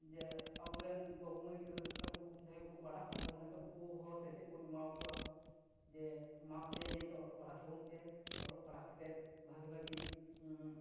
ᱡᱮ ᱟᱵᱚᱨᱮᱱ ᱵᱟᱹᱵᱩ ᱢᱟᱹᱭ ᱜᱤᱫᱽᱨᱟᱹ ᱛᱟᱠᱚ ᱡᱟᱦᱟᱸᱭ ᱠᱚ ᱠᱚ ᱯᱟᱲᱦᱟᱜ ᱠᱟᱱ ᱛᱟᱵᱚᱱᱟ ᱥᱮ ᱩᱱᱠᱩ ᱦᱚᱸ ᱥᱮᱪᱮᱫ ᱵᱚᱱ ᱮᱢᱟᱣᱟ ᱠᱚᱣᱟ ᱡᱮ ᱢᱟ ᱟᱯᱮ ᱱᱤᱭᱟᱹ ᱛᱮ ᱚᱞᱚᱜ ᱯᱟᱲᱦᱟᱜ ᱛᱟᱵᱚᱱ ᱯᱮ ᱚᱞᱚᱜ ᱯᱟᱲᱦᱟᱜ ᱠᱟᱛᱮᱫ ᱵᱷᱟᱜᱤ ᱵᱷᱟᱜᱤ